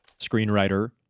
Screenwriter